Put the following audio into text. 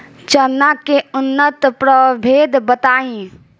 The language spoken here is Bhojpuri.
चना के उन्नत प्रभेद बताई?